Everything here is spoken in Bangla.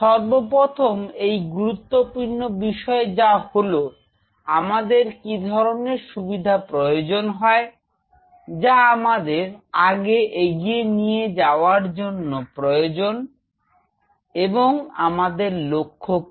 সর্বপ্রথম এই গুরুত্বপূর্ণ বিষয় যা হলো আমাদের কি ধরনের সুবিধার প্রয়োজন হয় যা আমাদের আগে এগিয়ে নিয়ে যাওয়ার জন্য প্রয়োজন এবং আমাদের লক্ষ্য কি